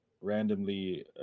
randomly